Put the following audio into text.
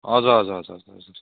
हजुर हजुर हजुर हजुर हजुर